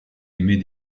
émet